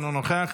אינו נוכח,